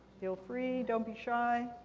feel free. don't be shy.